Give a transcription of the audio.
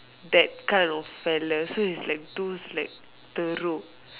that kind of fella so it's those like teruk